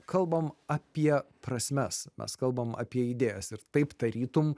kalbam apie prasmes mes kalbam apie idėjas ir taip tarytum